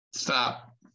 stop